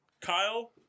Kyle